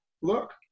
look